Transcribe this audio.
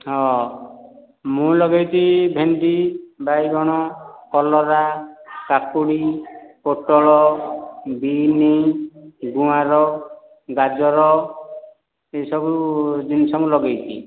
ହଁ ମୁଁ ଲଗେଇଛି ଭେଣ୍ଡି ବାଇଗଣ କଲରା କାକୁଡି ପୋଟଳ ବିନ୍ସ୍ ଗୁଆଁର ଗାଜର ଏସବୁ ଜିନିଷ ମୁଁ ଲଗାଇଛି